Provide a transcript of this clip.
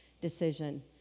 decision